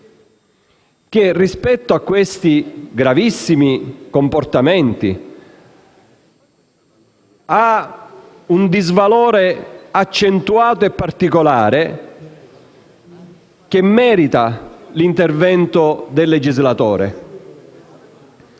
che, rispetto a quei gravissimi comportamenti, ha un disvalore accentuato e particolare che merita l'intervento del legislatore.